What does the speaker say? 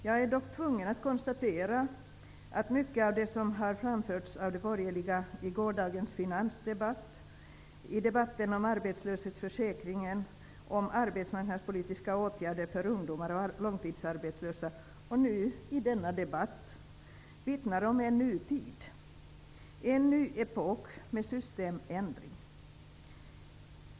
Jag är dock tvungen att konstatera, att mycket av det som har framförts av de borgerliga i gårdagens finansdebatt, i debatten om arbetslöshetsförsäkringen, om arbetsmarknadspolitiska åtgärder för ungdomar och långtidsarbetslösa och nu i denna debatt vittnar om en ny tid, en ny epok med systemändring.